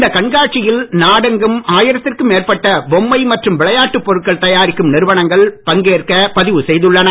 இந்த கண்காட்சியில் நாடெங்கும் ஆயிரத்திற்கும் மேற்பட்ட பொம்மை மற்றும் விளையாட்டுப் பொருட்கள் தாயாரிக்கும் நிறுவனங்கள் பங்கேற்க பதிவு செய்துள்ளன